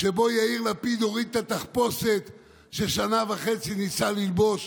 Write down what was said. שבו יאיר לפיד הוריד את התחפושת ששנה וחצי הוא ניסה ללבוש,